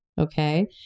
Okay